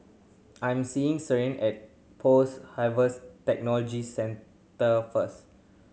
I am seeing Sierra at Post Harvest Technology Centre first